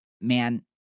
man